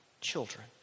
children